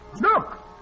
Look